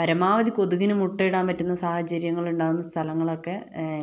പരമാവധി കൊതുകിന് മുട്ടയിടാൻ പറ്റുന്ന സാഹചര്യങ്ങളിണ്ടാകുന്ന സ്ഥലങ്ങളൊക്കെ